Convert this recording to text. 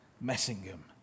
Messingham